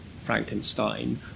Frankenstein